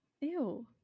Ew